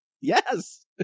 yes